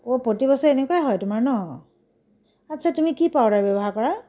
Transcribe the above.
অঁ প্ৰতিবছৰে এনেকুৱাই হয় তোমাৰ ন আচ্ছা তুমি কি পাউডাৰ ব্যৱহাৰ কৰা